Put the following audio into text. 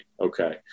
Okay